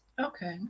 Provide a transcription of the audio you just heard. Okay